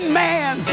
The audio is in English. man